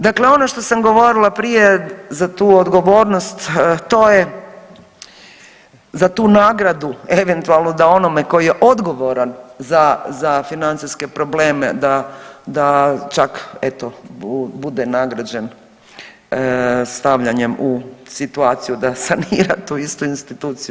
Dakle, ono što sam govorila prije za tu odgovornost to je za tu nagradu eventualnu da onome tko je odgovoran za financijske probleme da čak eto bude nagrađen stavljanjem u situaciju da sanira tu istu instituciju.